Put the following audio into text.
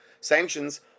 Sanctions